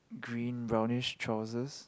green brownish chances